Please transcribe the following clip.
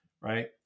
Right